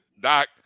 doc